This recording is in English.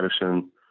medicine